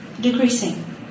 decreasing